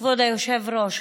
כבוד היושב-ראש,